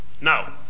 now